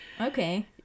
Okay